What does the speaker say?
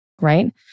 right